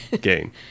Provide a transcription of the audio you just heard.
game